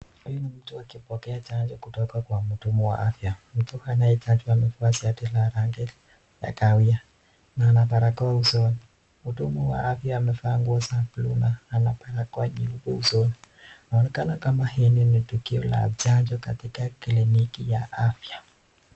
Huyu ni mtu akipokea chanjo kutoka kwa mhudumu wa afya. Mtu anayechanjwa amevaa shati la rangi ya kahawia na ana barakoa usoni. Mhudumu wa afya amevaa nguo za buluu na ana barakoa nyeupe usoni. Inaonekana kama hini ni tukio la chanjo katika kliniki ya afya.